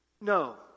No